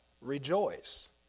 rejoice